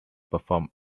perform